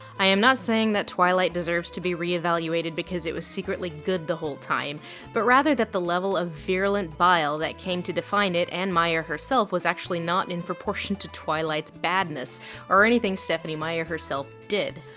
i am not saying that twilight deserves to be reevaluated because it was secretly good the whole time but rather that the level of virulent bile that came to define it and meyer herself was actually not in proportion to twilight's badness or anything stephenie meyer herself did.